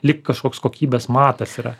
lyg kažkoks kokybės matas yra